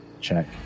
check